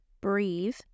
breathe